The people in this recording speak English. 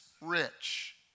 rich